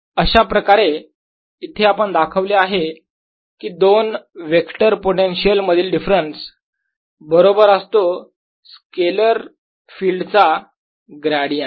अशाप्रकारे इथे आपण दाखवले आहे की दोन वेक्टर पोटेन्शियल मधील डिफरन्स बरोबर असतो स्केलर फील्ड चा ग्रेडियंट